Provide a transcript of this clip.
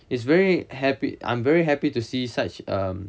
it's very happy I'm very happy to see such um